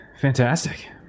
Fantastic